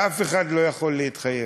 ואף אחד לא יכול להתחייב.